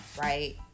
right